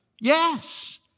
Yes